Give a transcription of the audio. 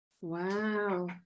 Wow